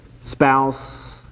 spouse